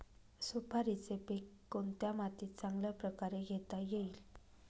सुपारीचे पीक कोणत्या मातीत चांगल्या प्रकारे घेता येईल?